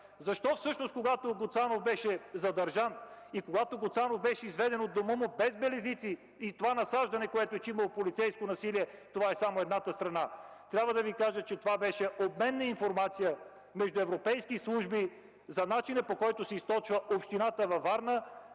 Защо всъщност, когато Гуцанов беше задържан и когато Гуцанов беше изведен от дома му без белезници, се насаждаше, че е имало полицейско насилие? Това е само едната страна. Това беше обмен на информация между европейски служби за начина, по който се източва общината във Варна,